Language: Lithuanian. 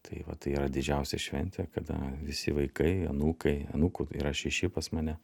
tai va tai yra didžiausia šventė kada visi vaikai anūkai anūkų yra šeši pas mane